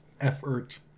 effort